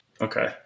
Okay